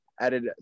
Added